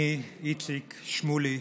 אני, איציק שמולי,